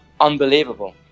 unbelievable